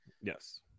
Yes